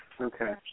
Okay